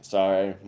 Sorry